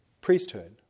priesthood